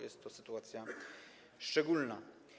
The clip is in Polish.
Jest to sytuacja szczególna.